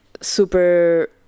super